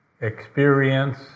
Experience